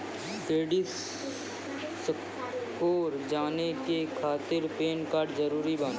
Credit score जाने के खातिर पैन कार्ड जरूरी बानी?